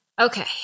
Okay